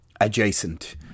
adjacent